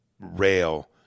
rail